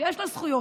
יש לו זכויות,